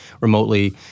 remotely